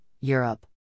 Europe